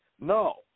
No